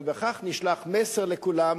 אנחנו בכך נשלח מסר לכולם,